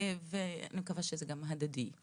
ואני מקווה שזה הדדי.